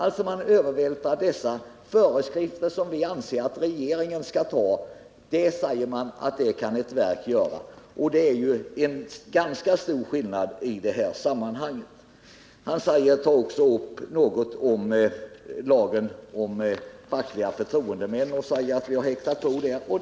De föreskrifter som vi anser att regeringen skall utfärda säger man alltså att ett verk kan svara för. Det innebär en ganska stor skillnad i detta sammanhang. Elver Jonsson tar också upp lagen om fackliga förtroendemän och säger att vi har hakat på denna fråga.